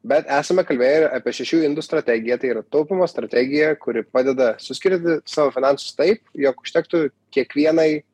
bet esame kalbėję ir apie šešių indų strategiją tai yra taupymo strategija kuri padeda suskirstyti savo finansus taip jog užtektų kiekvienai